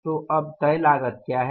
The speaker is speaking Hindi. तो अब तय लागत क्या है